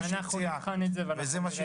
אנחנו נבחן את זה.